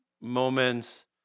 moments